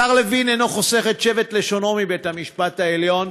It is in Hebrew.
השר לוין אינו חוסך את שבט לשונו מבית-המשפט העליון,